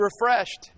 Refreshed